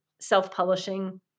self-publishing